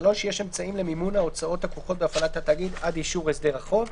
(3)יש אמצעים למימון ההוצאות הכרוכות בהפעלת התאגיד עד אישור הסדר החוב.